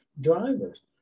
drivers